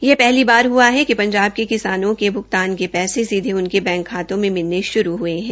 यह पहली बार हआ है कि पंजाब के किसानों के भुगतान के पैसे उनके बैंक खातों में मिलने शुरू हो गये है